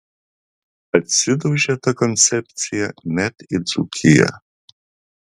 atsidaužė ta koncepcija net į dzūkiją